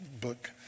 book